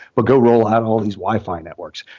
but go roll out all these wi-fi networks.